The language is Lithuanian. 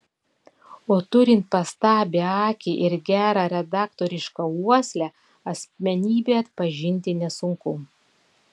o turint pastabią akį ir gerą redaktorišką uoslę asmenybę atpažinti nesunku